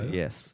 yes